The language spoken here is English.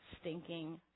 stinking